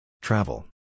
Travel